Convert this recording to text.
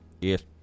Yes